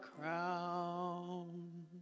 crown